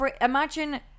imagine